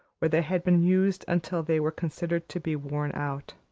where they had been used until they were considered to be worn out.